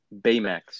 Baymax